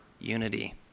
unity